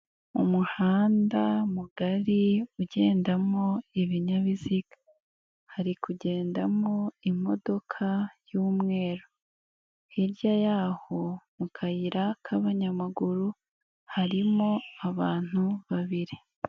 Umuhanda mugari ugendamo ibinyabiziga hari kugendamo imodoka y'umweru, hirya y'aho mu kayira k'abanyamaguru harimo abantu babiri.